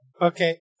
Okay